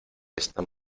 esta